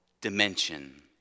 dimension